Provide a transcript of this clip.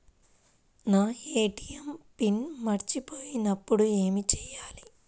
నా ATM pin మర్చిపోయినప్పుడు ఏమి చేయాలి?